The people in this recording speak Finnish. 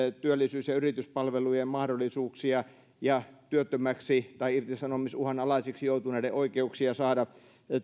työllisyys ja yrityspalvelujen mahdollisuuksia ja työttömäksi tai irtisanomisuhan alaisiksi joutuneiden oikeuksia saada